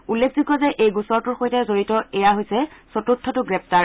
উল্লেখযোগ্য যে এই গোচৰটোৰ সৈতে জড়িত এইয়া হৈছে চতুৰ্থটো গ্ৰেপ্তাৰ